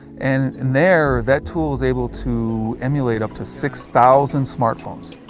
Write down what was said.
and there, that tool is able to emulate up to six thousand smartphones,